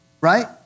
right